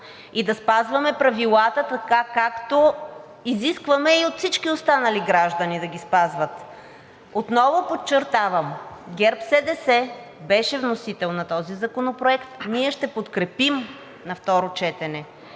и да спазваме правилата, така както изискваме и от всички останали граждани да ги спазват. Отново подчертавам, ГЕРБ-СДС беше вносител на този законопроект, ние ще го подкрепим на второ четене.